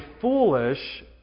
foolish